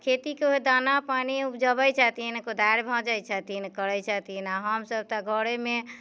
खेतीके हुए दाना पानि उपजोबै छथिन कोदारि भाँजै छथिन करै छथिन आओर हमसभ तऽ घरेमे